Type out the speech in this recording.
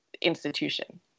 institution